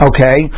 Okay